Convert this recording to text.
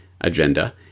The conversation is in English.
agenda